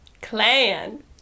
Clan